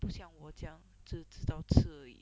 不像我这样只只懂吃而已